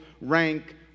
rank